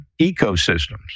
ecosystems